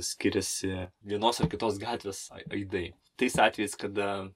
skiriasi vienos ar kitos gatvės aidai tais atvejais kada